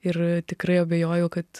ir tikrai abejoju kad